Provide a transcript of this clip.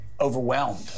overwhelmed